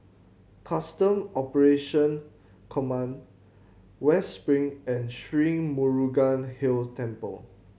Custom Operation Command West Spring and Sri Murugan Hill Temple